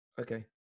Okay